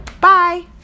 bye